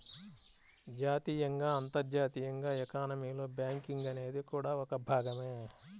జాతీయంగా, అంతర్జాతీయంగా ఎకానమీలో బ్యాంకింగ్ అనేది కూడా ఒక భాగమే